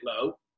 low